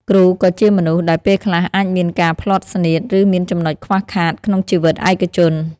គ្រូក៏ជាមនុស្ស ដែលពេលខ្លះអាចមានការភ្លាត់ស្នៀត ឬមានចំណុចខ្វះខាតក្នុងជីវិតឯកជន។